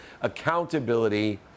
Accountability